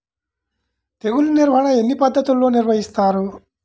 తెగులు నిర్వాహణ ఎన్ని పద్ధతుల్లో నిర్వహిస్తారు?